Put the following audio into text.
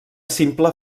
simple